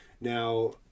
Now